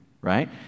right